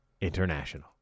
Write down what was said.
International